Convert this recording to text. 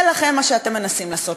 זה לכם, מה שאתם מנסים לעשות.